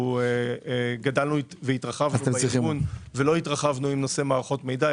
גדלנו בארגון ולא התרחבנו בנושא מערכות מידע.